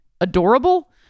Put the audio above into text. adorable